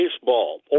Baseball